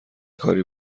کاری